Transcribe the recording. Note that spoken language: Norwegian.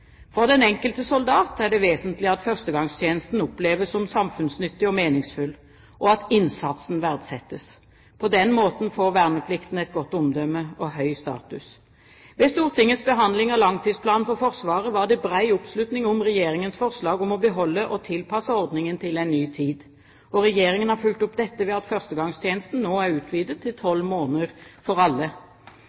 For den enkelte soldat er det vesentlig at førstegangstjenesten oppleves som samfunnsnyttig og meningsfull, og at innsatsen verdsettes. På den måten får verneplikten et godt omdømme og høy status. Ved Stortingets behandling av langtidsplanen for Forsvaret var det bred oppslutning om Regjeringens forslag om å beholde og tilpasse ordningen til en ny tid. Regjeringen har fulgt opp dette ved at førstegangstjenesten nå er utvidet til tolv måneder for alle.